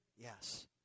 Yes